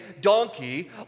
donkey